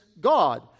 God